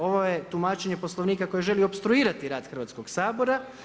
Ovo je tumačenje Poslovnika koji želi opstruirati rad Hrvatskog sabora.